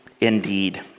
indeed